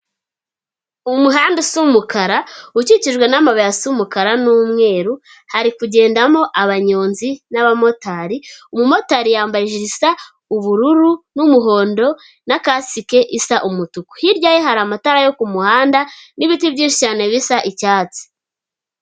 Umuhanda usa umukara ukikijwe n'amabuye asa umukara n'umweru, hari kugendamo abanyonzi n'abamotari, umumotari yambaye ijiri isa ubururu n'umuhondo na katsike isa umutuku, hirya ye hari amatara yo ku muhanda n'ibiti byinshi cyane bisa icyatsi.